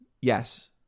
Yes